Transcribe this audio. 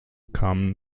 kamen